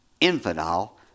infidel